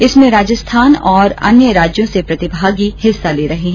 इसमें राजस्थान और अन्य राज्यों से प्रतिभागी हिस्सा ले रहे हैं